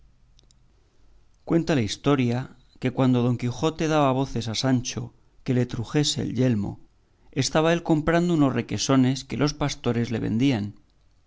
cuenta la historia que cuando don quijote daba voces a sancho que le trujese el yelmo estaba él comprando unos requesones que los pastores le vendían